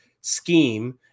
scheme